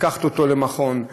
לקחת אותו למכון,